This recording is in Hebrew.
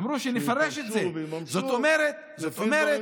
אמרו שיפרשו ויממשו, אמרו: נפרש את זה.